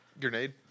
Grenade